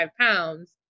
pounds